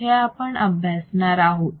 हे आपण अभ्यासणार आहोत